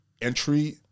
entry